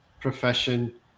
profession